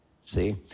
See